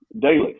daily